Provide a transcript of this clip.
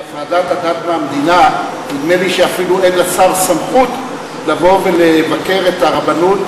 בהפרדת הדת מהמדינה נדמה לי שאפילו אין לשר סמכות לבוא ולבקר את הרבנות.